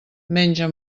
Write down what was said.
menja